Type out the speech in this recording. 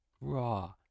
Raw